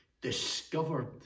discovered